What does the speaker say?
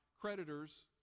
creditors